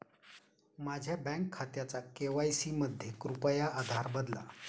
माझ्या बँक खात्याचा के.वाय.सी मध्ये कृपया आधार बदला